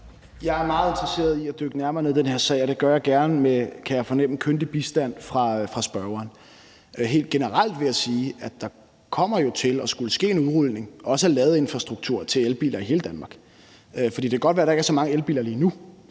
Jeg er meget interesseret i at dykke nærmere ned i den her sag, og det gør jeg gerne med, kan jeg fornemme, kyndig bistand fra spørgeren. Helt generelt vil jeg sige, at der jo kommer til at skulle ske en udrulning af ladeinfrastruktur til elbiler i hele Danmark. For det kan godt være, at der ikke er så mange elbiler lige nu,